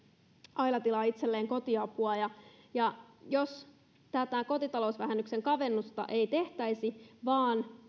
aila tilaa itselleen kotiapua jos tätä kotitalousvähennyksen kavennusta ei tehtäisi vaan